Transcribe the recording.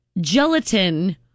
gelatin